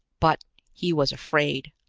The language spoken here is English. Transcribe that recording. but he was afraid.